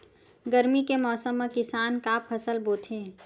गरमी के मौसम मा किसान का फसल बोथे?